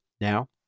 Now